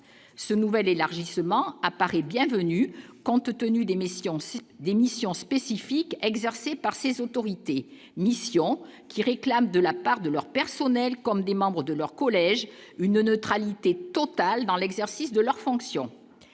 ce nouvel élargissement apparaît bienvenue, compte tenu des missions si des missions spécifiques exercées par ces autorités mission qui réclament de la part de leurs personnels comme des membres de leur collège, une neutralité totale dans l'exercice de leurs fonctions